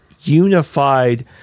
unified